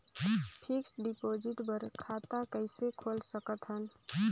Fixed deposit बर खाता कइसे खोल सकत हन?